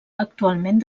actualment